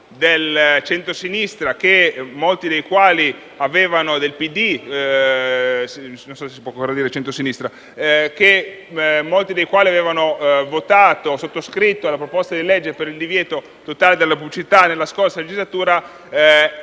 dire centrosinistra - molti dei quali avevano sottoscritto la proposta di legge per il divieto totale della pubblicità, nella scorsa Legislatura,